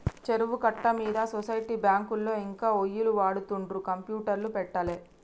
చెరువు కట్ట మీద సొసైటీ బ్యాంకులో ఇంకా ఒయ్యిలు వాడుతుండ్రు కంప్యూటర్లు పెట్టలే